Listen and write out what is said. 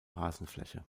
rasenfläche